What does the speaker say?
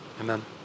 Amen